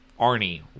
Arnie